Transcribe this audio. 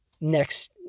next